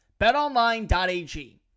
BetOnline.ag